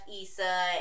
Issa